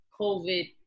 COVID